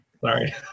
Sorry